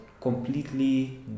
completely